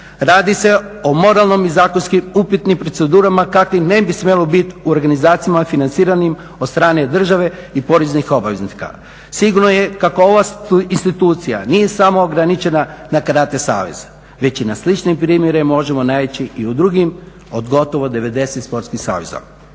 Radi se o moralnom i zakonski upitnim procedurima kakvih ne bi smjelo biti u organizacijama financiranim od strane države i poreznih obveznika. Sigurno je kako ova institucija nije samo ograničena na karate savez već i na slične primjere možemo naići i u drugim od gotovo 90 sportskih saveza.